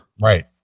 Right